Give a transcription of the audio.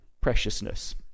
preciousness